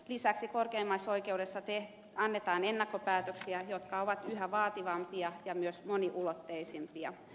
lisäksi korkeimmassa oikeudessa annetaan ennakkopäätöksiä jotka ovat yhä vaativampia ja myös moniulotteisempia